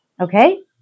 okay